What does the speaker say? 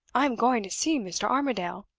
i am going to see mr. armadale.